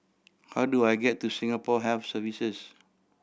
how do I get to Singapore Health Services